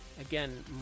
Again